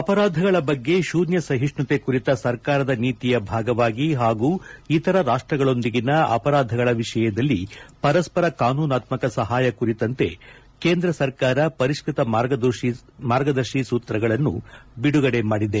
ಅಪರಾಧಗಳ ಬಗ್ಗೆ ಶೂನ್ಯ ಸಹಿಷ್ಣುತೆ ಕುರಿತ ಸರ್ಕಾರದ ನೀತಿಯ ಭಾಗವಾಗಿ ಹಾಗೂ ಇತರ ರಾಷ್ಟ್ರಗಳೊಂದಿಗಿನ ಅಪರಾಧಗಳ ವಿಷಯದಲ್ಲಿ ಪರಸ್ಪರ ಕಾನೂನಾತ್ಮಕ ಸಹಾಯ ಕುರಿತಂತೆ ಕೇಂದ್ರ ಸರ್ಕಾರ ಪರಿಷ್ಪತ ಮಾರ್ಗದರ್ಶಿ ಸೂತ್ರಗಳನ್ನು ಬಿಡುಗಡೆ ಮಾಡಿದೆ